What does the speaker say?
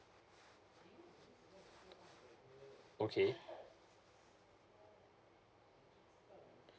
okay